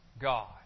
God